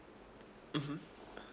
mmhmm